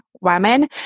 women